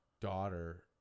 daughter